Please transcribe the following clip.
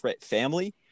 family